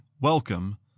Welcome